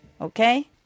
okay